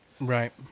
right